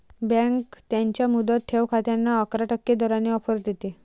bank त्यांच्या मुदत ठेव खात्यांना अकरा टक्के दराने ऑफर देते